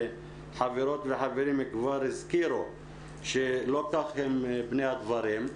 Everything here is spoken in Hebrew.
וחברות וחברים כבר הזכירו שלא כך הם פני הדברים.